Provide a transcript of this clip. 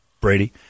Brady